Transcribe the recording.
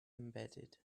embedded